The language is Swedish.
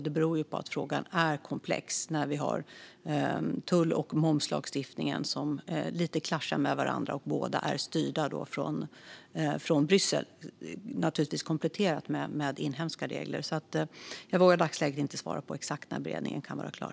Det beror på att frågan är komplex eftersom tull och momslagstiftningen krockar lite med varandra och båda är styrda från Bryssel, naturligtvis kompletterat med inhemska regler. Jag vågar inte i dagsläget svara på exakt när beredningen kan vara klar.